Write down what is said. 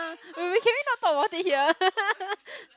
wait wait can we not talk about it here